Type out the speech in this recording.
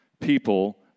people